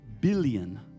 billion